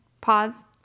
pause